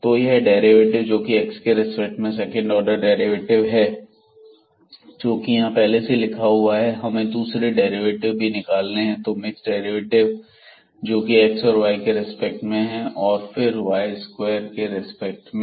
तो यह डेरिवेटिव है जोकि x के रेस्पेक्ट में सेकंड ऑर्डर डेरिवेटिव है जो कि यहां पहले से ही लिखा हुआ है हमें दूसरे डेरिवेटिव भी निकालने हैं तो मिक्स डेरिवेटिव जोकि x और y के रेस्पेक्ट में हैं और फिर y2 के रिस्पेक्ट में